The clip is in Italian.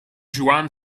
juan